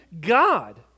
God